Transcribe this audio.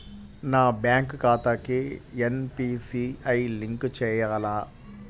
నా బ్యాంక్ ఖాతాకి NPCI link చేయాలా?